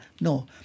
No